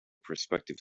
prospective